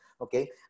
Okay